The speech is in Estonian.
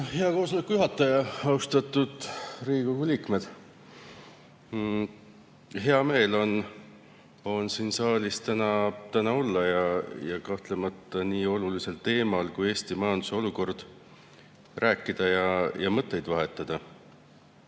Hea koosoleku juhataja! Austatud Riigikogu liikmed! Hea meel on siin saalis täna olla ja kahtlemata nii olulisel teemal kui Eesti majanduse olukord rääkida ja mõtteid vahetada.